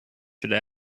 should